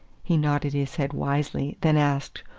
he nodded his head wisely, then asked,